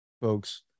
folks